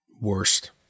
worst